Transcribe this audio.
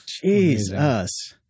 Jesus